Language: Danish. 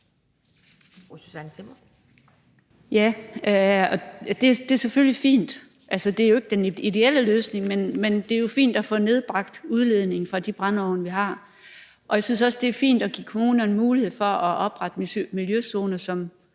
det er selvfølgelig fint – altså, det er jo ikke den ideelle løsning, men det er fint at få nedbragt udledningen fra de brændeovne, vi har. Jeg synes også, det er fint at give kommunerne mulighed for at oprette miljøzoner,